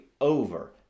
over